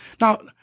Now